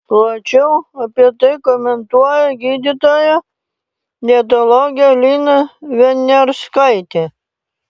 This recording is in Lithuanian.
plačiau apie tai komentuoja gydytoja dietologė lina viniarskaitė